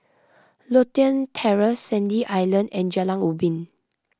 Lothian Terrace Sandy Island and Jalan Ubi